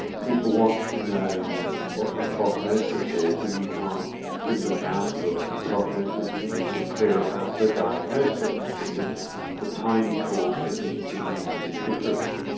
people want to know what the prognosis is and you can't give them an outlook and a prognosis unless you're clear about the diagnosis because the time course of these diseases is different.